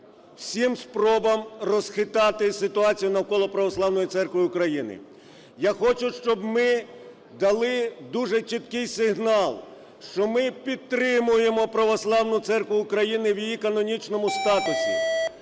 всім спробам розхитати ситуацію навколо Православної Церкви України. Я хочу, щоб ми дали дуже чіткий сигнал, що ми підтримуємо Православну Церкву України в її канонічному статусі,